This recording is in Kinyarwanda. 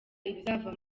ibizava